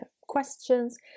questions